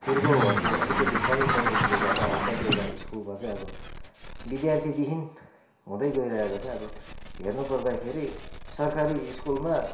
गुरुबाउहरूको अलिकति कमी कमजोरीले गर्दा अब कतिवटा सकुलमा चाहिँ अब विद्यार्थीविहीन हुँदै गइरहेको छ अब हेर्नु पर्दाखेरि सरकारी सकुलमा